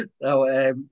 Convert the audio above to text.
no